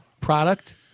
product